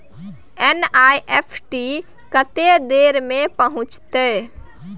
NEFT कत्ते देर में पहुंचतै?